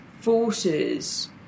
Forces